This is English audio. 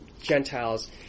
Gentiles